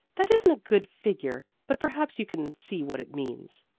that isn't a good figure, but perhaps you can see what it means.